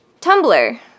Tumblr